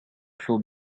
clos